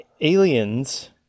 Aliens